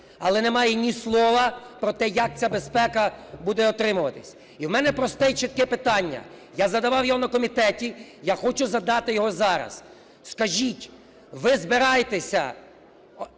але немає ні слова про те, як ця безпека буде отримуватись. І в мене просте і чітке питання, я задавав його на комітеті, я хочу задати його зараз. Скажіть, ви збираєтеся